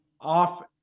off